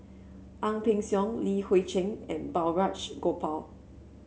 Ang Peng Siong Li Hui Cheng and Balraj Gopal